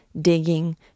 digging